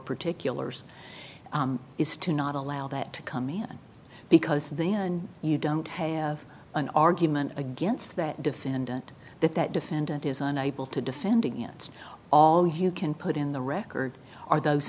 particulars is to not allow that to come in because then you don't have an argument against that defendant that that defendant is unable to defend against all you can put in the record are those